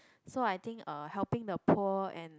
so I think uh helping the poor and